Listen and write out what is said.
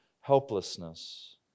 helplessness